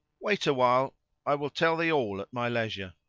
wait awhile i will tell thee all at my leisure.